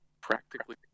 practically